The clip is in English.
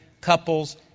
couples